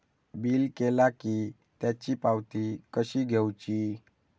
Bill केला की त्याची पावती कशी घेऊची?